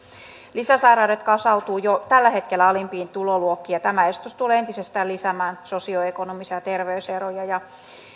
lisäsairaudet kasautuvat jo tällä hetkellä alimpiin tuloluokkiin ja tämä esitys tulee entisestään lisäämään sosioekonomisia terveyseroja